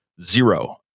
Zero